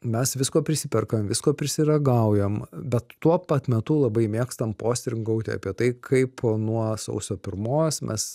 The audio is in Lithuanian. mes visko prisiperkam visko prisiragaujam bet tuo pat metu labai mėgstam postringauti apie tai kaip nuo sausio pirmos mes